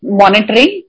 monitoring